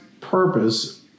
purpose